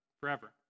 forever